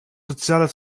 sozialer